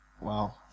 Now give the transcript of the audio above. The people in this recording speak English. Wow